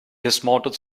dismounted